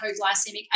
hypoglycemic